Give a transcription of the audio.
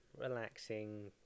relaxing